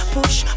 Push